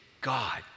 God